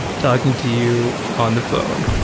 talking to you on the phone